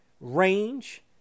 range